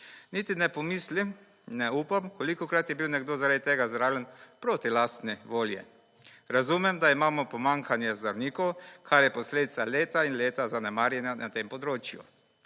Niti ne pomislim, ne upam kolikokrat je bil nekdo zaradi tega zdravljen proti lastni volji. Razumem, da imamo pomanjkanje zdravnikov, kar je posledica leta in leta zanemarjanja na tem področju,